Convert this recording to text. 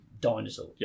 dinosaur